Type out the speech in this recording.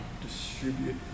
distribute